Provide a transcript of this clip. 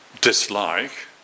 dislike